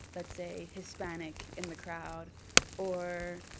let's say, hispanic in the crowd or,